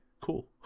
Cool